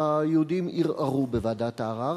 היהודים ערערו בוועדת הערר,